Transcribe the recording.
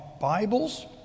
Bibles